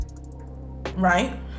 right